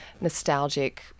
nostalgic